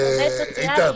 איתן,